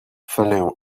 falliu